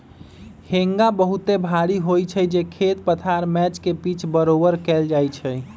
हेंगा बहुते भारी होइ छइ जे खेत पथार मैच के पिच बरोबर कएल जाइ छइ